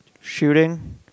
Shooting